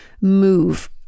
move